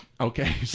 okay